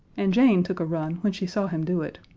and jane took a run when she saw him do it,